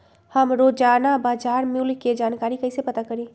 हम रोजाना बाजार मूल्य के जानकारी कईसे पता करी?